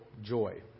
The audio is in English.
joy